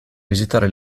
visitare